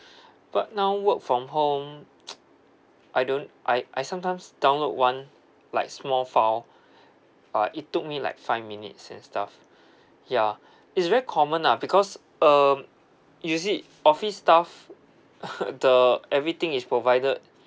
but now work from home I don't I I sometimes download one like small file uh it took me like five minutes and stuff yeah it's very common lah because um you see office stuff the everything is provided